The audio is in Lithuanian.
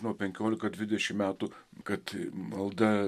nuo penkiolika dvidešim metų kad malda